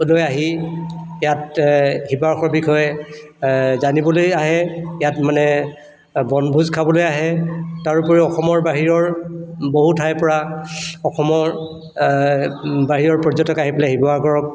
ৰলৈ আহি ইয়াত শিৱসাগৰৰ বিষয়ে জানিবলৈ আহে ইয়াত মানে বনভোজ খাবলৈ আহে তাৰোপৰি অসমৰ বাহিৰৰ বহু ঠাইৰপৰা অসমৰ বাহিৰৰ পৰ্যটক আহি পেলাই শিৱসাগৰক